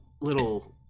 little